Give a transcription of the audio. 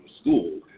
school